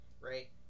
right